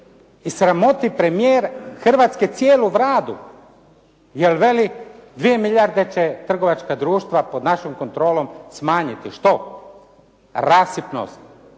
i sramoti premijer Hrvatske cijelu Vladu, jel' veli, 2 milijarde će trgovačka društva pod našom kontrolom smanjiti. Što? Rasipnost.